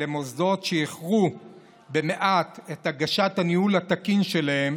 על מוסדות שאיחרו במעט בהגשת "הניהול התקין" שלהם